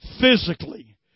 physically